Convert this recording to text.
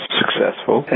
successful